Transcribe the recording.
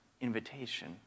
invitation